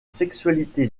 sexualité